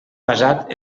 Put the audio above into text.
basat